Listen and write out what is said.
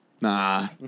nah